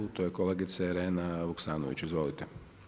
To je kolegica Irena Vuksanović, izvolite.